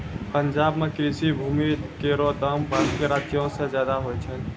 पंजाब म कृषि भूमि केरो दाम बाकी राज्यो सें जादे होय छै